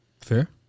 Fair